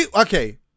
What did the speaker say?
okay